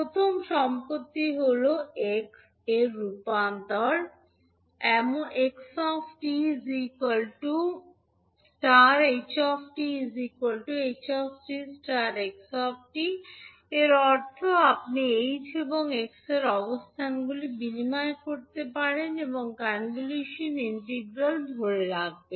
প্রথম সম্পত্তি হল এবং এক্স এর রূপান্তর হয় যেমন 𝑥 𝑡 ∗ ℎ 𝑡 ℎ 𝑡 ∗ 𝑥 𝑡 এর অর্থ আপনি এইচ এবং এক্স এর অবস্থানগুলি বিনিময় করতে পারেন এবং কনভলিউশন ইন্টিগ্রাল ধরে রাখবে